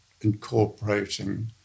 incorporating